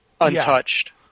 Untouched